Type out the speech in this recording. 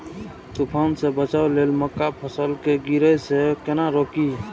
तुफान से बचाव लेल मक्का फसल के गिरे से केना रोकी?